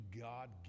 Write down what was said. God